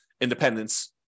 independence